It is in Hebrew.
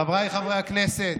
חבריי חברי הכנסת,